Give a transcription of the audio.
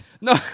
No